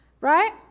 right